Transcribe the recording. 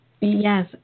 yes